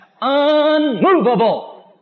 unmovable